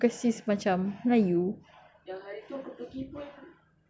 a'ah and benda melayu because sis macam melayu